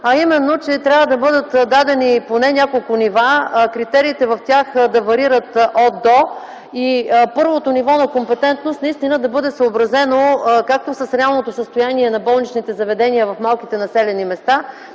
а именно, че трябва да бъдат дадени поне няколко нива, критериите в тях да варират „от–до”, като първото ниво на компетентност да бъде съобразено както с реалното състояние на болничните заведения в малките населени места,